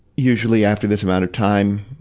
usually after this amount of time,